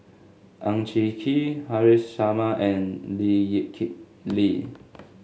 Ang Hin Kee Haresh Sharma and Lee Kip Lee